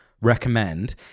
recommend